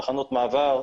תחנות מעבר,